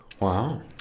Wow